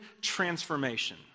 transformation